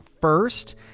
first